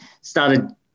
started